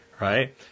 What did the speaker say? Right